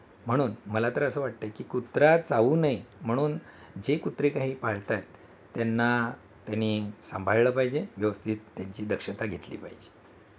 म्हणून मला तर असं वाटतं आहे की कुत्रा चावू नये म्हणून जे कुत्रे काही पाळत आहेत त्यांना त्यांनी सांभाळलं पाहिजे व्यवस्थित त्यांची दक्षता घेतली पाहिजे